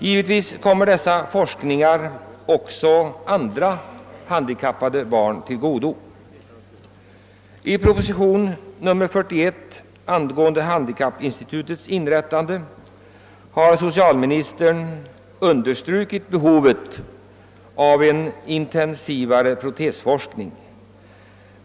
Givetvis kommer dessa forskningar också andra handikappade barn till godo. I propositionen nr 41 angående handikappinstitutets inrättande har socialministern understrukit behovet av en intensivare protesforskning.